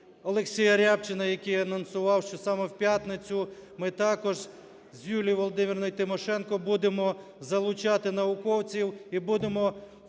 Олексія Рябчина, який анонсував, що саме в п'ятницю ми також з Юлією Володимирівною Тимошенко будемо залучати науковців і будемо